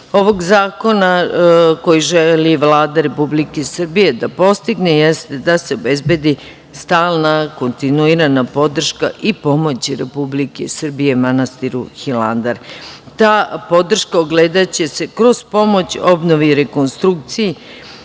ovog zakona, koji želi Vlada Republike Srbije da postigne, jeste da se obezbedi stalna kontinuirana podrška i pomoć Republike Srbije manastiru Hilandar. Ta podrška ogledaće se kroz pomoć obnove i rekonstrukciju